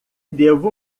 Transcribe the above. devo